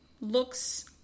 looks